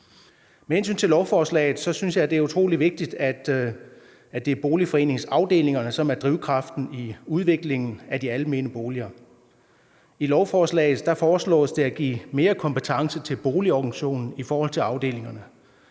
Med hensyn til lovforslaget synes jeg, det er utrolig vigtigt, at det er boligforeningsafdelingerne, som er drivkraften i udviklingen af de almene boliger. I lovforslaget foreslås det at give mere kompetence til boligorganisationen i forhold til afdelingerne.